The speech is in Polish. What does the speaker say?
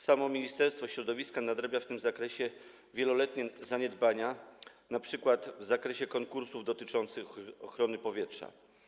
Samo Ministerstwo Środowiska nadrabia w tym zakresie wieloletnie zaniedbania, np. w zakresie konkursów dotyczących ochrony powietrza.